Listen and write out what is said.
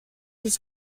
his